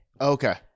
Okay